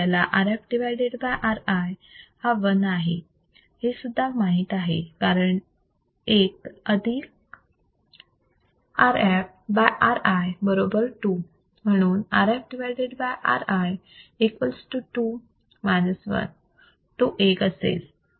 आपल्याला Rf Ri हा 1 आहे हे सुद्धा माहित आहे कारण 1 अधिक Rf by Ri बरोबर 2 म्हणून Rf Ri equals to 2 1 तो 1 असेल